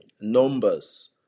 Numbers